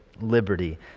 liberty